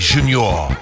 Junior